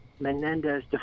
Menendez